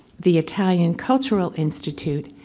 the italian cultural institute,